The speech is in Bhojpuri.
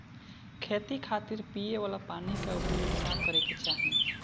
खेती खातिर पिए वाला पानी क उपयोग ना करे के चाही